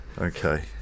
okay